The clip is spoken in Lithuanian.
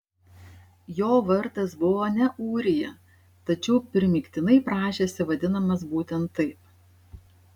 jo vardas buvo ne ūrija tačiau primygtinai prašėsi vadinamas būtent taip